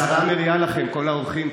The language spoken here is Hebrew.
השרה מריעה לכם, כל האורחים.